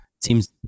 seems